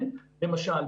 למשל,